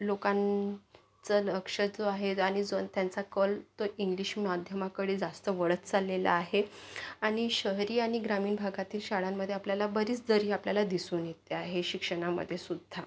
लोकांचं लक्ष जो आहे आणि जो त्यांचा कल तो इंग्लिश माध्यमाकडे जास्त वळत चाललेला आहे आणि शहरी आणि ग्रामीण भागातील शाळांमध्ये आपल्याला बरीच दरी आपल्याला दिसून येते आहे शिक्षणामध्ये सुद्धा